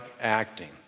acting